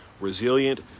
resilient